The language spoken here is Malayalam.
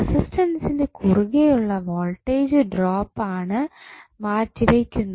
റെസിസ്റ്റൻസിനു കുറുകെ ഉള്ള വോൾടേജ് ഡ്രോപ്പ് ആണ് മാറ്റി വെയ്ക്കുന്നത്